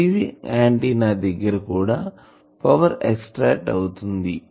receiving antenna దగ్గర కూడా power extract అవుతుంది